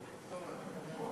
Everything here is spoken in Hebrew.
למחוק.